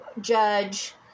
judge